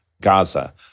Gaza